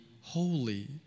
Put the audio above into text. holy